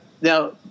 Now –